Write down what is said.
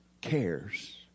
cares